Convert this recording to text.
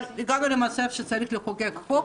אבל הגענו למצב שצריך לחוקק חוק,